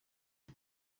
det